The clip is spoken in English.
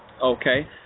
Okay